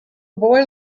boy